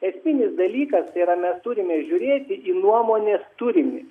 esminis dalykas yra mes turime žiūrėti į nuomonės turinį